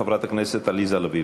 חברת הכנסת עליזה לביא.